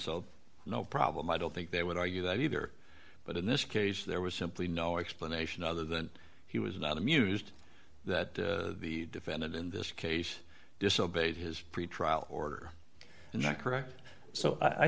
so no problem i don't think they would argue that either but in this case there was simply no explanation other than he was not amused that the defendant in this case disobeyed his pretrial order and that correct so i